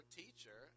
teacher